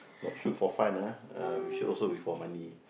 not shoot for fun ah uh we shoot also we for money